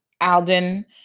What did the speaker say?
Alden